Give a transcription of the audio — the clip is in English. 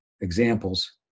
examples